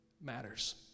matters